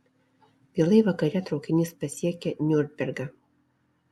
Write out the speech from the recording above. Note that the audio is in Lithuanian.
vėlai vakare traukinys pasiekia niurnbergą